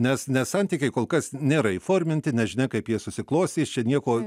nes nes santykiai kol kas nėra įforminti nežinia kaip jie susiklostys čia nieko